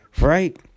right